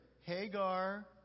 Hagar